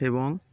এবং